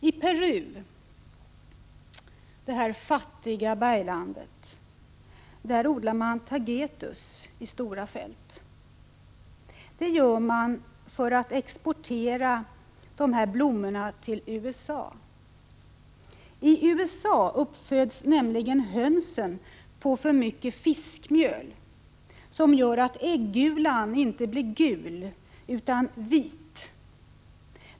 I Peru — detta fattiga bergland — odlar man tagetes i stora fält. Det gör man för att exportera dessa blommor till USA. I USA uppföds nämligen hönsen på för mycket fiskmjöl, vilket gör att äggulan inte blir gul utan vit.